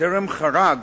טרם חרג,